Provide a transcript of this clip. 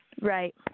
Right